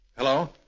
Hello